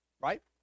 right